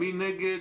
מי נגד?